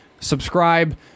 subscribe